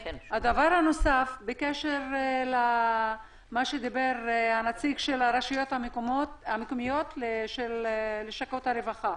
בקשר למה שדיבר הנציג של הרשויות המקומיות בנוגע ללשכות הרווחה.